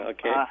Okay